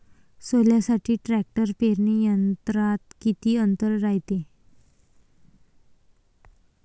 सोल्यासाठी ट्रॅक्टर पेरणी यंत्रात किती अंतर रायते?